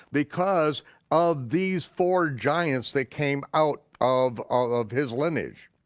because of these four giants that came out of of his lineage.